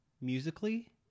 musically